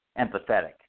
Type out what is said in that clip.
empathetic